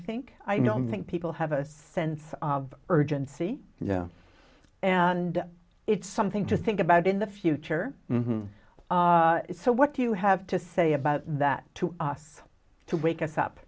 think i don't think people have a sense of urgency yeah and it's something to think about in the future so what do you have to say about that to us to wake us up